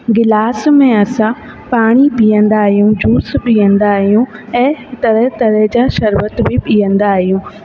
गिलास में असां पाणी पीअंदा आहियूं जूस पीअंदा आहियूं ऐं तरह तरह जा शरबत बि पीअंदा आहियूं